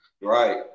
Right